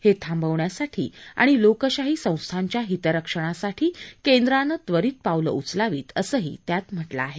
हे थांबवण्यासाठी आणि लोकशाही संस्थांच्या हितरक्षणासाठी केंद्रानं त्वरित पावलं उचलावीत असंही त्यांनी म्हाऊं आहे